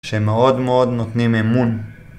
שמאוד מאוד נותנים אמון